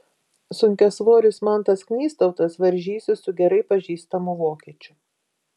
sunkiasvoris mantas knystautas varžysis su gerai pažįstamu vokiečiu